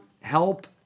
help